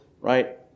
Right